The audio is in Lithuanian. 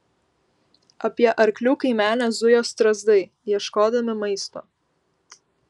apie arklių kaimenę zujo strazdai ieškodami maisto